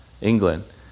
England